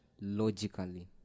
logically